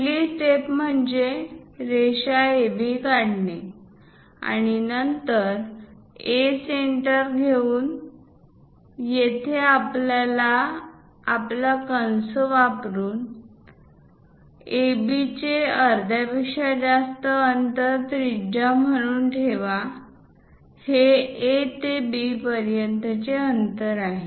पहिली स्टेप म्हणजे रेषा AB काढणे आणि नंतर A सेंटर घेऊन येथे आपण आपला कंपास वापरू AB चे अर्ध्या पेक्षा जास्त अंतर त्रिज्या म्हणून ठेवा हे A ते B पर्यंतचे अंतर आहे